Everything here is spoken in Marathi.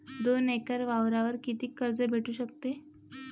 दोन एकर वावरावर कितीक कर्ज भेटू शकते?